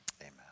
amen